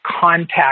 contact